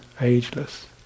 ageless